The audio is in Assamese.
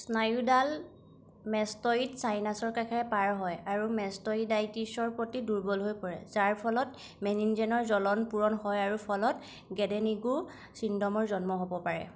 স্নায়ু ডাল মেষ্ট'ইড চাইনাছৰ কাষেৰে পাৰ হয় আৰু মেষ্ট'ইডাইটিছৰ প্ৰতি দুৰ্বল হৈ পৰে যাৰ ফলত মেনিনজেনৰ জ্বলন পূৰণ হয় আৰু ফলত গ্ৰেডেনিগো চিনড্ৰমৰ জন্ম হ'ব পাৰে